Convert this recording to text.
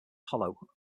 hollow